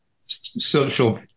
social